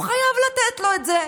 והוא חייב לתת לו את זה,